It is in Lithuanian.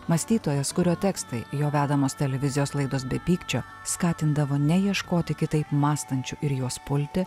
mąstytojas kurio tekstai jo vedamos televizijos laidos be pykčio skatindavo neieškoti kitaip mąstančių ir juos pulti